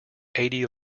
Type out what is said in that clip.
eighty